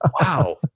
wow